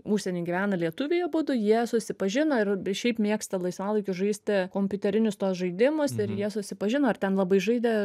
užsieny gyvena lietuviai abudu jie susipažino ir šiaip mėgsta laisvalaikiu žaisti kompiuterinius tuos žaidimus ir jie susipažino ar ten labai žaidė